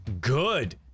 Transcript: good